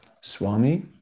Swami